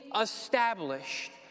established